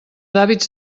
hàbits